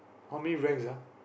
how many ranks ah